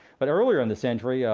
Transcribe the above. but earlier in the century,